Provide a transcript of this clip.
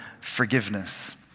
forgiveness